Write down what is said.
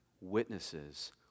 witnesses